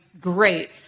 great